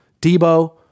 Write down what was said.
Debo